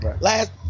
Last